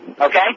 Okay